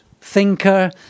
thinker